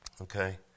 okay